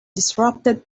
disrupted